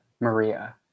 Maria